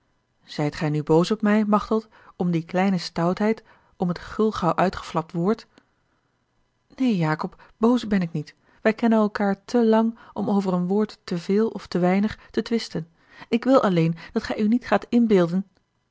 zijt gij nu boos op mij machteld om die kleine stoutheid om het gulgauw uitgeflapt woord neen jacob boos ben ik niet wij kennen elkaâr te lang om over een woord te veel of te weinig te twisten ik wil alleen dat gij u niet gaat inbeelden